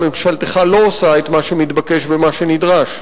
ממשלתך לא עושה את מה שמתבקש ומה שנדרש.